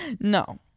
No